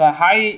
hi